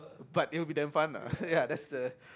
but it'll be damn fun lah ya that's the